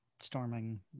storming